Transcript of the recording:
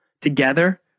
Together